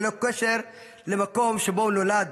ללא קשר למקום שבו נולד,